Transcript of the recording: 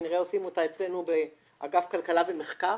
שכנראה עושים אותה אצלנו באגף כלכלה ומחקר,